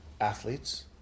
athletes